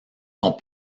sont